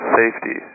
safety